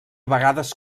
vegades